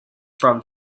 from